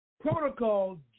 protocol